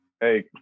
hey